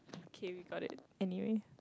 okay we got it anyway